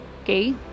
okay